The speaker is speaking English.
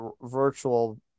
virtual